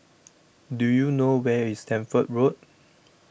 Do YOU know Where IS Stamford Road